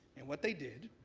and what they did,